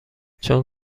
چون